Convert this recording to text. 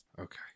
Okay